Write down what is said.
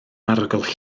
arogl